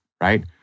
right